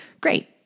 great